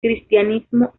cristianismo